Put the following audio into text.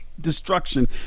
destruction